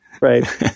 right